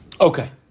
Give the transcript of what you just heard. Okay